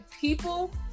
people